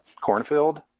cornfield